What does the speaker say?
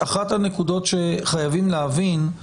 אחת הנקודות שחייבים להבין,